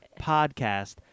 podcast